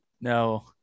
No